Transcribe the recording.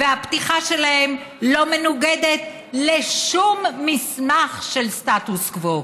והפתיחה שלהם לא מנוגדת לשום מסמך של סטטוס קוו.